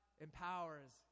empowers